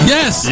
Yes